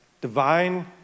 Divine